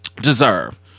deserve